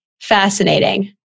Fascinating